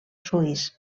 suís